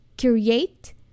create